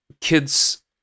kids